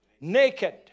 Naked